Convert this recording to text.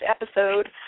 episode